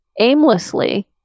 aimlessly